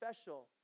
special